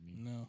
No